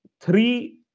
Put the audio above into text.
three